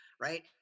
right